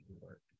work